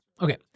Okay